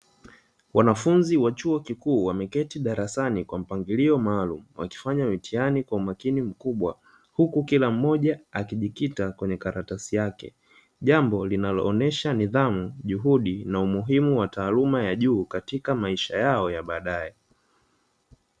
Wanafunzi wa chuo kikuu wameketi darasani kwa mpangilio maalumu, wakifanya mitihani kwa umakini mkubwa huku kila mmoja akijikita kwenye karatasi yake jambo linaloonesha nidhamu, juhudi na umuhimu wa taaluma ya juu katika maisha yao ya baadae.